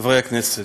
חברי הכנסת,